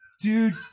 Dude